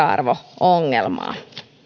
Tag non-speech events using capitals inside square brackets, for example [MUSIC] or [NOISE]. [UNINTELLIGIBLE] arvo ongelmaa